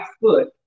foot